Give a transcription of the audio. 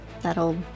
That'll